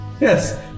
Yes